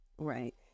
right